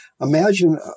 imagine